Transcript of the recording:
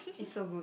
is so good